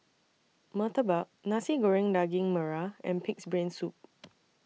Murtabak Nasi Goreng Daging Merah and Pig'S Brain Soup